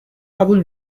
قبول